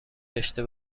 داشته